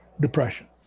depression